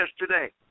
yesterday